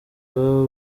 baba